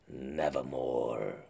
Nevermore